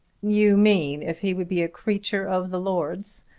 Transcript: you mean if he would be a creature of the lord's.